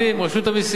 רשות המסים.